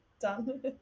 Done